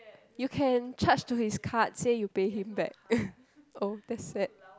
you can charge to his card say you pay him back oh that's sad